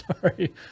Sorry